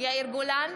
יאיר גולן,